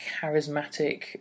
charismatic